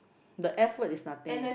the F word is nothing